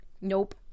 nope